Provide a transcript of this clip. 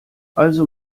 also